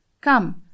Come